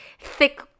thick